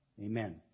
Amen